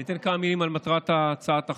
אני אתן כמה מילים על מטרת הצעת החוק.